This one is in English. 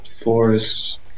forests